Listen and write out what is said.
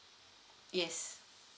yes